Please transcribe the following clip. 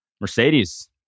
Mercedes